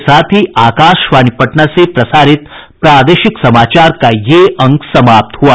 इसके साथ ही आकाशवाणी पटना से प्रसारित प्रादेशिक समाचार का ये अंक समाप्त हुआ